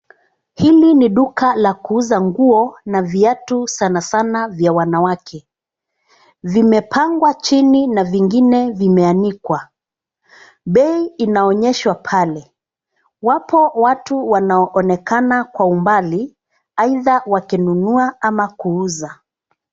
Hili ni duka la kuuza nguo na viatu sanasana vya wanawake. Vimepangwa chini na vingine vimeanikwa. Bei inaonyeshwa pale. Wapo watu wanaoonekana kwa umbali aidha wakinunua ama kuuza.